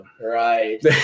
Right